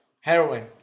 Heroin